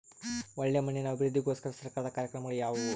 ಒಳ್ಳೆ ಮಣ್ಣಿನ ಅಭಿವೃದ್ಧಿಗೋಸ್ಕರ ಸರ್ಕಾರದ ಕಾರ್ಯಕ್ರಮಗಳು ಯಾವುವು?